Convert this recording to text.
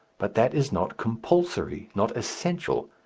but that is not compulsory, not essential,